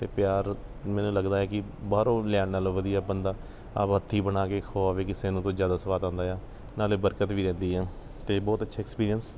ਅਤੇ ਪਿਆਰ ਮੈਨੂੰ ਲੱਗਦਾ ਹੈ ਕਿ ਬਾਹਰੋਂ ਲਿਆਉਣ ਨਾਲ਼ੋਂ ਵਧੀਆ ਬੰਦਾ ਆਪ ਹੱਥੀਂ ਬਣਾ ਕੇ ਖਵਾਵੇ ਕਿਸੇ ਨੂੰ ਤਾਂ ਜ਼ਿਆਦਾ ਸਵਾਦ ਆਉਂਦਾ ਆ ਨਾਲ਼ੇ ਬਰਕਤ ਵੀ ਰਹਿੰਦੀ ਆ ਅਤੇ ਬਹੁਤ ਅੱਛੇ ਐਕਸਪੀਰੀਐਂਸ